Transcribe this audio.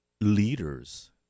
leaders